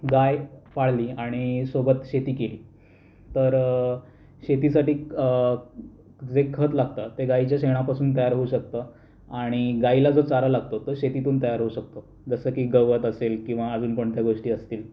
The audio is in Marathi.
गाय पाळली आणि सोबत शेती केली तर शेतीसाठी जे खत लागतं ते गायीच्या शेणापासून तयार होऊ शकतं आणि गायीला जो चारा लागतो तो शेतीतून तयार होऊ शकतो जसं की गवत असेल किंवा अजून कोणत्या गोष्टी असतील